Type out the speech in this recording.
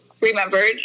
remembered